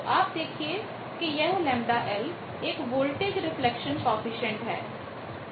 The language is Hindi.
तो आप देखिए कि यह ΓL एक वोल्टेज रिफ्लेक्शन कॉएफिशिएंट है